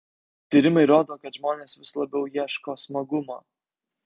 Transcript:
tyrimai rodo kad žmonės vis labiau ieško smagumo